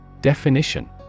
Definition